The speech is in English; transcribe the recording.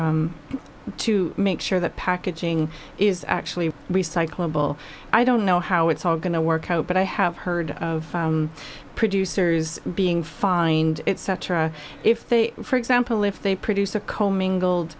to make sure that packaging is actually recyclable i don't know how it's all going to work out but i have heard of producers being fined cetera if they for example if they produce a co ming